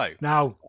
Now